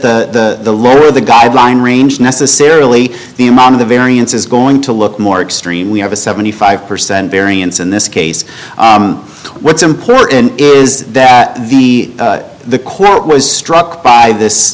t the law of the guideline range necessarily the amount of the variance is going to look more extreme we have a seventy five percent variance in this case what's important is that the the court was struck by this